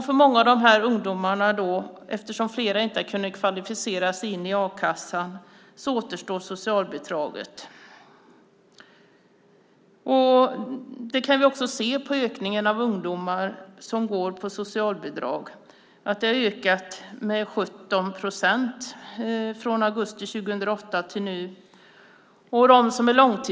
För många av de här ungdomarna, eftersom flera inte har kunnat kvalificera sig in i a-kassan, återstår socialbidraget. Det kan vi också se på ökningen av ungdomar som går på socialbidrag. Andelen har ökat med 17 procent från augusti 2008 till nu.